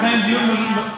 דיון במליאה.